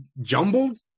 jumbled